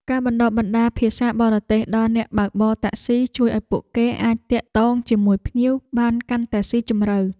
ការបណ្តុះបណ្តាលភាសាបរទេសដល់អ្នកបើកបរតាក់ស៊ីជួយឱ្យពួកគេអាចទាក់ទងជាមួយភ្ញៀវបានកាន់តែស៊ីជម្រៅ។